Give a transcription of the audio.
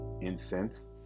incense